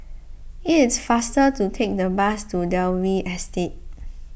it is faster to take the bus to Dalvey Estate